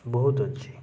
ବହୁତ ଅଛି